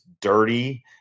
dirty